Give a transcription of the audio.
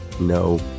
No